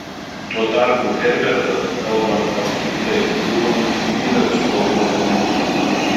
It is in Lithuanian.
tuo tarpu herbertas kalbant apskritai buvo nusivylęs šiuo kompromisu